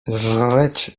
żreć